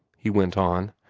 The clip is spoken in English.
he went on,